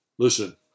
Listen